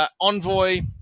envoy